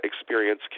experience